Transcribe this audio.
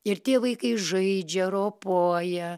ir tie vaikai žaidžia ropoja